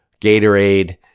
Gatorade